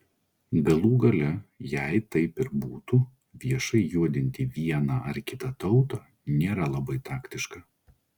galų gale jei taip ir būtų viešai juodinti vieną ar kitą tautą nėra labai taktiška